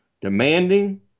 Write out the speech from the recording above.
demanding